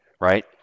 right